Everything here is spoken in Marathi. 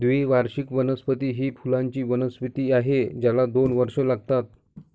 द्विवार्षिक वनस्पती ही फुलांची वनस्पती आहे ज्याला दोन वर्षे लागतात